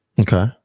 Okay